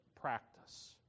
practice